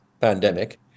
pandemic